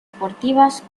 deportivas